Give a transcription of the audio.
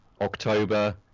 October